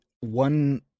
one